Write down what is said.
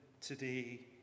today